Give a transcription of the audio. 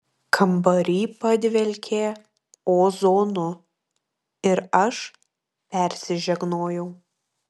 kambary padvelkė ozonu ir aš persižegnojau